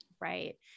Right